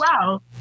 wow